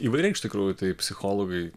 įvairiai iš tikrųjų tai psichologai